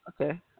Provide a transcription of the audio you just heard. Okay